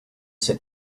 sit